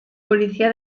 policía